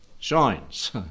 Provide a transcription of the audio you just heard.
shines